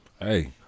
Hey